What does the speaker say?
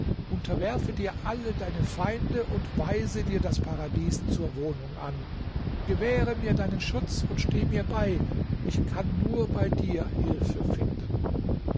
unterwerfe dir alle deine feinde und weise dir das paradies zur wohnung an gewähre mir deinen schutz und stehe mir bei ich kann nur bei dir hilfe finden